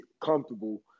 comfortable